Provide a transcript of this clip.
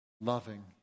loving